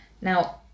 Now